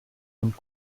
und